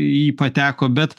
į jį pateko bet